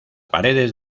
paredes